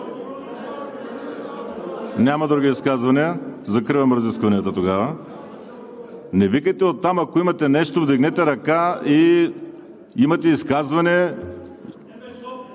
Няма други изказвания. Закривам разискванията тогава. (Реплики от ОП.) Не викайте оттам! Ако имате нещо, вдигнете ръка и имате изказване.